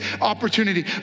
opportunity